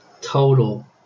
total